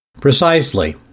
Precisely